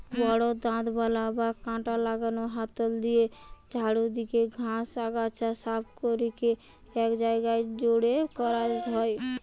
বড় দাঁতবালা বা কাঁটা লাগানা হাতল দিয়া ঝাড়ু দিকি ঘাস, আগাছা সাফ করিকি এক জায়গায় জড়ো করা হয়